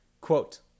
Quote